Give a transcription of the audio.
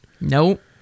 Nope